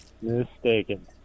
Mistaken